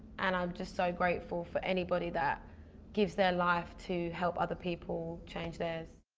and i'm just so grateful for anybody that gives their life to help other people change theirs.